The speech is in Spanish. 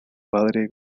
padre